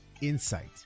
insight